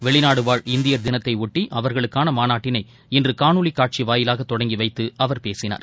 வெளிநாடுவாழ் இந்தியா் தினத்தையொட்டி அவா்களுக்கான மாநாட்டினை இன்று காணொலி காட்சி வாயிலாக தொடங்கி வைத்து அவர் பேசினார்